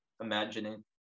imagining